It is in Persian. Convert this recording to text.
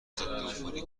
ضدعفونی